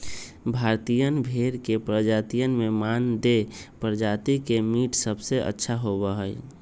भारतीयन भेड़ के प्रजातियन में मानदेय प्रजाति के मीट सबसे अच्छा होबा हई